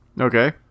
Okay